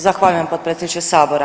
Zahvaljujem potpredsjedniče sabora.